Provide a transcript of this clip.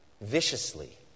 viciously